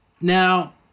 Now